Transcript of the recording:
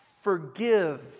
forgive